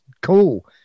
cool